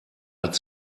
hat